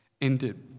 ended